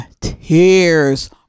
tears